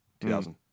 2000